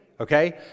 okay